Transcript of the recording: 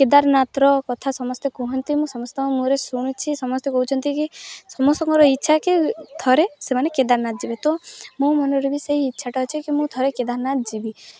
କେଦାରନାଥର କଥା ସମସ୍ତେ କୁହନ୍ତି ମୁଁ ସମସ୍ତଙ୍କ ମୁଁରେ ଶୁଣୁଛି ସମସ୍ତେ କହୁଛନ୍ତି କି ସମସ୍ତ ଙ୍କର ଇଚ୍ଛା କି ଥରେ ସେମାନେ କେଦାରନାଥ ଯିବେ ତ ମୋ ମନରେ ବି ସେଇ ଇଚ୍ଛାଟା ଅଛି କି ମୁଁ ଥରେ କେଦାରନାଥ ଯିବି